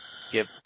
Skip